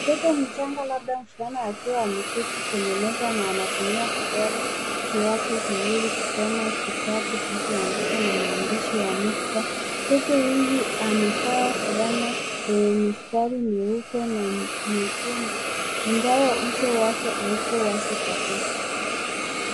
Mtoto mchanga labda mvulana akiwa ameketi kwenye meza na anatumia vidole vyake viwili kusoma kitabu kilichoandikwa na maandishi ya nukta. Mtoto huyu amevaa fulana yenye mistari mieupe na nyekundu ingawa uso wake haupo wazi kabisa.